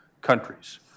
countries